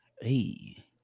Hey